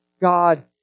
God